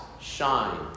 shine